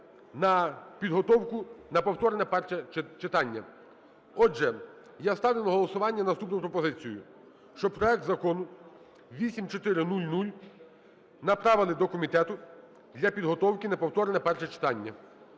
на підготовку на повторне перше читання. Отже, я ставлю на голосування наступну пропозицію, що проект Закону 8400 направити до комітету для підготовки на повторне перше читання.